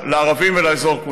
לערבים ולאזור כולו.